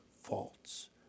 faults